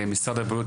משרד הבריאות,